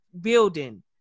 building